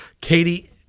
Katie